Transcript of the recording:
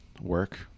work